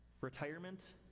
Retirement